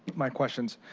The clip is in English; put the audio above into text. my questions,